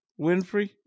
Winfrey